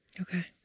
Okay